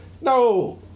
No